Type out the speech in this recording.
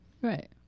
Right